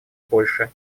польши